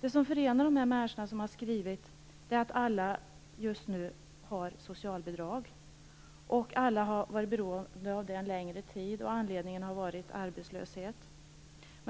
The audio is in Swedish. Det som förenar de människor som har skrivit är att de alla just nu har socialbidrag. Alla har varit beroende av det en längre tid och anledningen har varit arbetslöshet.